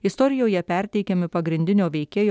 istorijoje perteikiami pagrindinio veikėjo